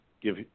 give